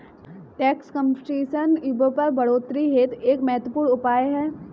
tax competition व्यापार बढ़ोतरी हेतु एक महत्वपूर्ण उपाय है